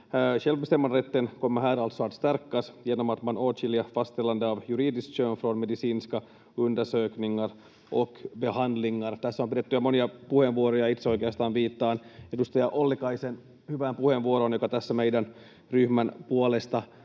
Självbestämmanderätten kommer här alltså att stärkas genom att man åtskiljer fastställande av juridiskt kön från medicinska undersökningar och behandlingar. Tässä on pidetty jo monia puheenvuoroja, ja itse oikeastaan viittaan edustaja Ollikaisen hyvään puheenvuoroon, joka tässä meidän ryhmän puolesta